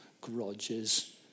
grudges